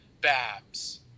Babs